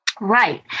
Right